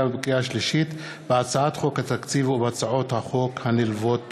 ובקריאה שלישית של הצעת חוק התקציב ושל הצעות החוק הנלוות.